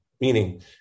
meaning